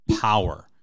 power